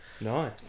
nice